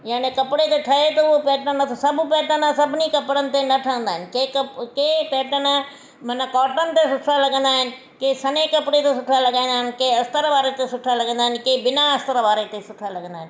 याने कपिड़े ते ठहे थो पेटर्न सभु पेटर्न सभिनी कपिड़नि ते न ठहंदा आहिनि के कप के पेटर्न माना कॉटन ते अच्छा लॻंदा आहिनि के सने कपिड़े ते सुठा लॻंदा आहिनि के अस्तर वारे ते सुठा लॻंदा आहिनि के बिना अस्तर वारे ते सुठा लॻंदा आहिनि